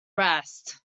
rest